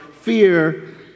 fear